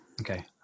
okay